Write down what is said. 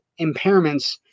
impairments